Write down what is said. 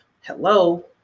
Hello